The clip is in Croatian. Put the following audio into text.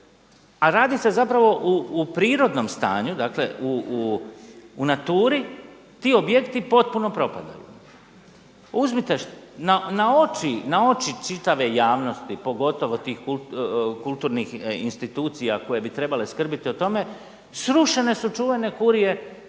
A radi se zapravo u prirodnom stanju, dakle u naturi ti objekti potpuno propadaju. Uzmite na oči čitave javnosti pogotovo tih kulturnih institucija koje bi trebale skrbiti o tome srušene su čuvene kurije.